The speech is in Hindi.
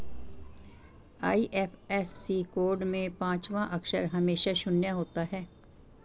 आई.एफ.एस.सी कोड में पांचवा अक्षर हमेशा शून्य होता है